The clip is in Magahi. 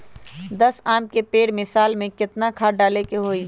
दस आम के पेड़ में साल में केतना खाद्य डाले के होई?